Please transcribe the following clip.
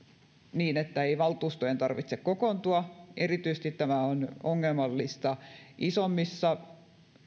niin että ei valtuustojen tarvitse kokoontua erityisesti tämä on ongelmallista isommissa